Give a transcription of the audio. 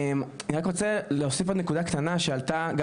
אני רק רוצה להוסיף עוד נקודה קטנה שעלתה גם